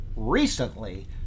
Recently